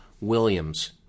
Williams